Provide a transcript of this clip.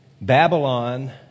Babylon